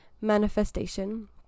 manifestation